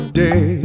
day